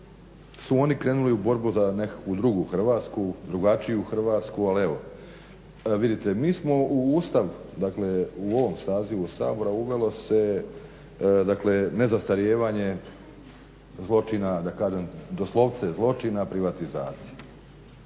su oni krenuli u borbu za nekakvu drugu Hrvatsku, drugačiju Hrvatsku. Ali evo, vidite mi smo u Ustav, dakle u ovom sazivu Sabora uvelo se dakle nezastarijevanje zločina, da kažem doslovce zločina privatizacije.